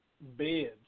beds